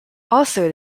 also